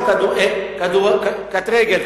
קט-רגל,